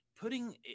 putting